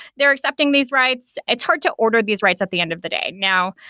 they are accepting these writes. it's hard to order these writes at the end of the day. now,